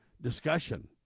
discussion